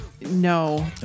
No